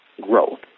growth